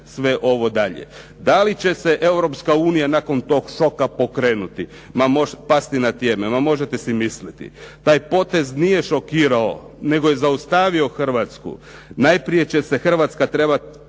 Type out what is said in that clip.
sve ovo dalje. Da li će se Europska unija nakon toga šoka pokrenuti? Možeš pasti na tjeme, možete si misliti. Taj potez nije šokirao nego je zaustavio Hrvatsku. Najprije će ste trebati